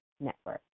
Network